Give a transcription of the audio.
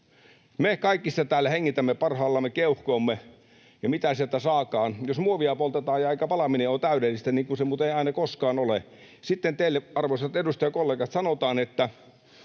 Me kaikki sitä täällä hengitämme parhaillamme keuhkoihimme, ja mitä sieltä saakaan. Jos muovia poltetaan eikä palaminen ole täydellistä — niin kuin se muuten ei koskaan ole — sitten teille, arvoisat edustajakollegat, sanotaan, että